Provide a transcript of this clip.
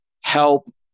help